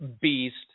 beast